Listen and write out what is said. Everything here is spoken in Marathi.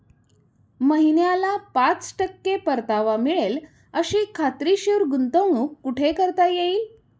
महिन्याला पाच टक्के परतावा मिळेल अशी खात्रीशीर गुंतवणूक कुठे करता येईल?